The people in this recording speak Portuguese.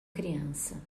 criança